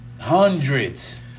Hundreds